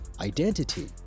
identity